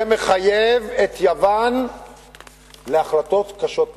זה מחייב את יוון להחלטות קשות מנשוא.